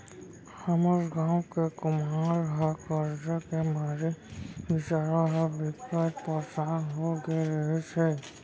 हमर गांव के कुमार ह करजा के मारे बिचारा ह बिकट परसान हो गे रिहिस हे